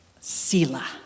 sila